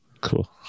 Cool